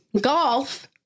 Golf